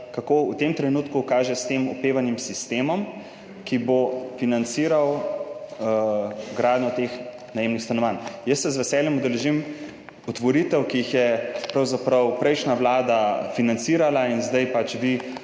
kako v tem trenutku kaže s tem opevanim sistemom, ki bo financiral gradnjo teh najemnih stanovanj. Jaz se z veseljem udeležim otvoritev, ki jih je financirala pravzaprav prejšnja vlada in zdaj pač vi